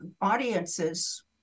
audiences